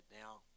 now